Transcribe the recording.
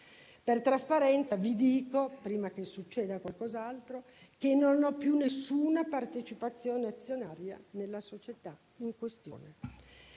Per trasparenza vi dico, prima che succeda qualcos'altro, che non ho più alcuna partecipazione azionaria nella società in questione.